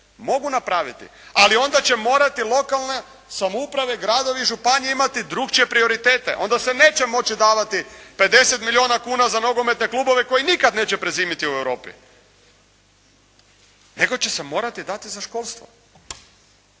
Mogu napraviti, ali onda će morati lokalne samouprave, gradovi i županije imati drukčije prioritete. Onda se neće moći davati 50 milijuna kuna za nogometne klubove koji nikad neće prezimiti u Europi nego će se morati dati za školstvo.